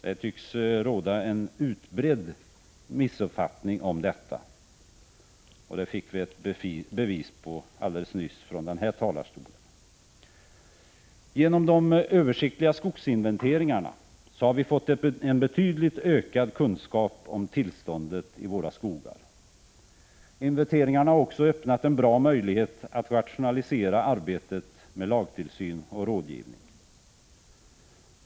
Det tycks råda en utbredd missuppfattning om detta, vilket vi alldeles nyss fick ett bevis på från denna talarstol. Genom de översiktliga skogsinventeringarna har vi fått en betydigt ökad kunskap om tillståndet i våra skogar. Inventeringarna har också öppnat en 145 god möjlighet att rationalisera arbetet med lagtillsyn och rådgivning.